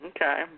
Okay